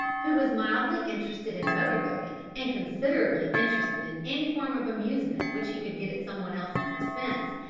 who was mildly interested in motor-boating, and considerably interested in any form of amusement which he could get at somebody else's expense,